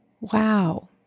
Wow